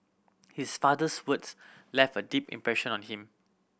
his father's words left a deep impression on him